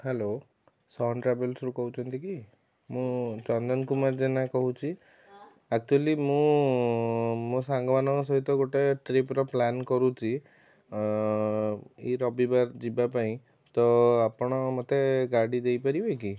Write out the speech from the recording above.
hello sun ଟ୍ରାଭେଲର୍ସରୁ କହୁଛନ୍ତି କି ମୁଁ ଚନ୍ଦନ କୁମାର ଜେନା କହୁଛି ଆକ୍ଚୁଆଲୀ ମୁଁ ମୋ ସାଙ୍ଗମାନଙ୍କ ସହିତ ଗୋଟେ ଟ୍ରିପ୍ର ପ୍ଲାନ୍ କରୁଛି ଏଇ ରବିବାର ଯିବା ପାଇଁ ତ ଆପଣ ମୋତେ ଗାଡ଼ି ଦେଇପାରିବେ କି